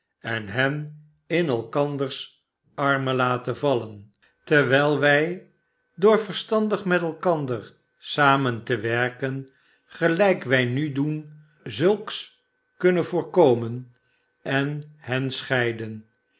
en hen in elkanders armen laten vallen terwijl wij door verstandig met elkander samen te werken gelijk wij nu doen zulks kunnen voorkomen en hen scheiden